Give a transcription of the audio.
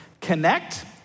connect